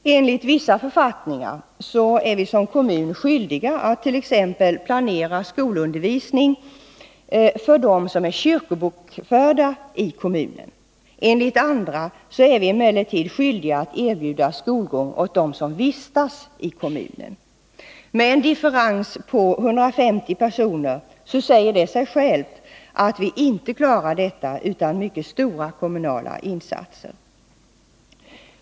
Enligt vissa författningar är kommunen skyldig att t.ex. planera skolundervisningen för dem som är kyrkobokförda i kommunen, enligt andra är vi emellertid skyldiga att erbjuda skolgång till dem som vistas i kommunen. Med en differens på 1 500 personer säger det sig självt att vi inte klarar detta utan mycket stora kommunala insatser.